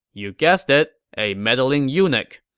you guessed it, a meddling eunuch.